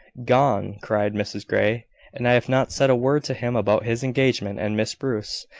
gone! cried mrs grey and i have not said a word to him about his engagement and miss bruce!